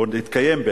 ועוד התקיים,